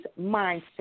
mindset